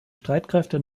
streitkräfte